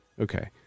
Okay